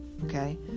Okay